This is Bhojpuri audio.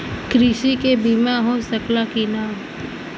कृषि के बिमा हो सकला की ना?